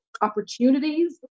opportunities